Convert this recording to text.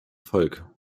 volk